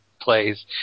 plays